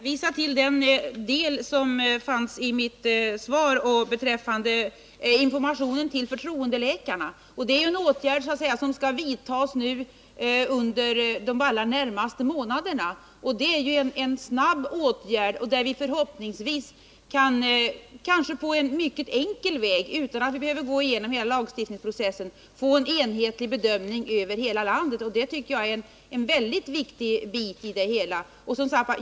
Herr talman! Jag vill hänvisa till den delen i mitt frågesvar som rör informationen till förtroendeläkarna. Att gå ut med sådan information är en åtgärd som kan vidtas under de allra närmaste månaderna. Det är således en snabb åtgärd, där vi förhoppningsvis på mycket enkel väg — utan att vi behöver gå igenom hela lagstiftningsprocessen — kan få en enhetlig bedömning över hela iandet. Det tycker jag är en viktig del.